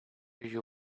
you